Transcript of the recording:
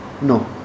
No